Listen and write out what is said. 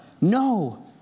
No